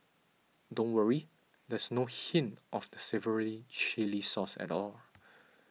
don't worry there's no hint of the savoury chilli sauce at all